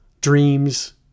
dreams